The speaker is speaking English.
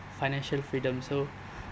financial freedom so